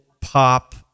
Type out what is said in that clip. pop